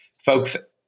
folks